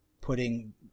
putting